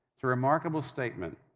it's a remarkable statement.